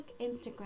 Instagram